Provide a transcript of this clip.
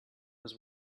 was